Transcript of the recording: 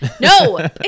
No